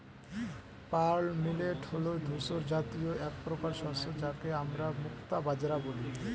pearl millet হল ধূসর জাতীয় একপ্রকার শস্য যাকে আমরা মুক্তা বাজরা বলি